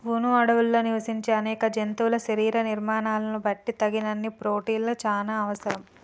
వును అడవుల్లో నివసించే అనేక జంతువుల శరీర నిర్మాణాలను బట్టి తగినన్ని ప్రోటిన్లు చానా అవసరం